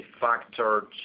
factor